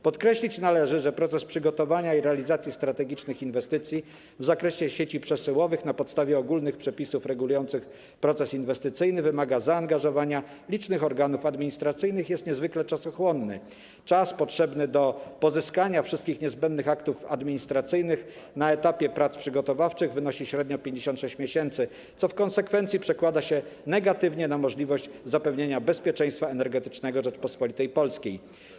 Podkreślić należy, że proces przygotowania i realizacji strategicznych inwestycji w zakresie sieci przesyłowych na podstawie ogólnych przepisów regulujących proces inwestycyjny wymaga zaangażowania licznych organów administracyjnych i jest niezwykle czasochłonny - czas potrzebny do pozyskania wszystkich niezbędnych aktów administracyjnych na etapie prac przygotowawczych wynosi średnio 56 miesięcy - co w konsekwencji przekłada się negatywnie na możliwość zapewnienia bezpieczeństwa energetycznego Rzeczypospolitej Polskiej.